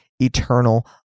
eternal